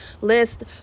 list